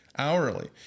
hourly